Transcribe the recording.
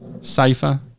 safer